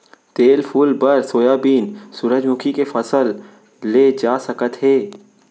तेल फूल बर सोयाबीन, सूरजमूखी के फसल ले जा सकत हे